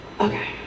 okay